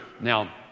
Now